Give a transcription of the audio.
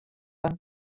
van